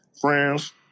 friends